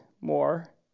more